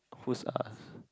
whose ah